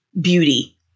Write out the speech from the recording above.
beauty